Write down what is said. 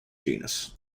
genus